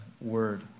Word